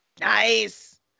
Nice